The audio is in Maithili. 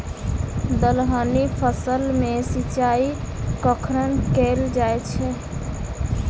दलहनी फसल मे सिंचाई कखन कैल जाय छै?